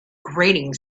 grating